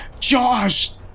Josh